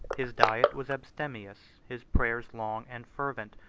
his diet was abstemious, his prayers long and fervent,